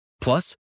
Plus